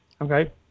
Okay